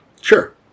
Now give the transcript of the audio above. Sure